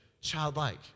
Childlike